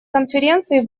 конференции